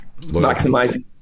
maximizing